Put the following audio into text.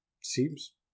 seems